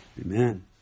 Amen